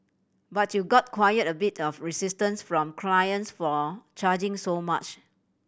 but you got quiet a bit of resistance from clients for charging so much